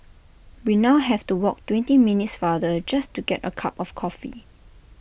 we now have to walk twenty minutes farther just to get A cup of coffee